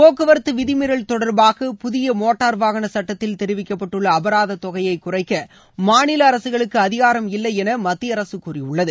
போக்குவரத்து விதிமீறல் தொடர்பாக புதிய மோட்டார் வாகன சுட்டத்தில் தெரிவிக்கப்பட்டுள்ள அபராதத் தொகையை குறைக்க மாநில அரசுகளுக்கு அதிகாரம் இல்லை என மத்திய அரசு கூறியுள்ளது